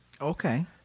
Okay